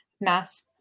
mass